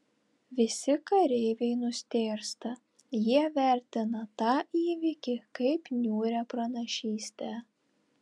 visi kareiviai nustėrsta jie vertina tą įvykį kaip niūrią pranašystę